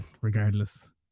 regardless